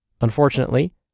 Unfortunately